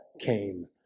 came